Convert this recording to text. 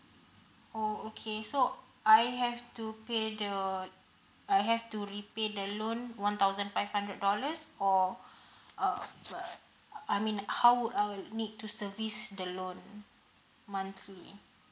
oh okay so I have to pay the I have to repay the loan one thousand five hundred dollars or um uh I mean how would I need to service the loan monthly